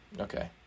Okay